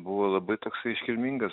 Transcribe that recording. buvo labai toksai iškilmingas